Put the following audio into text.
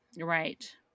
Right